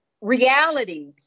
reality